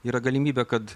yra galimybė kad